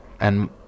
and-